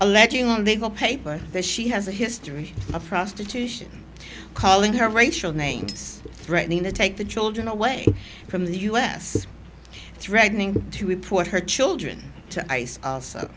alleging on the paper that she has a history of prostitution calling her racial names threatening to take the children away from the us threatening to report her children to ice